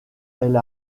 elle